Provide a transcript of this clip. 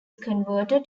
converted